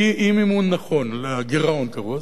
אי-מימון נכון, לגירעון קראו.